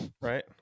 right